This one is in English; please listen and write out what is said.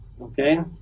Okay